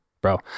bro